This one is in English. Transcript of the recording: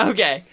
Okay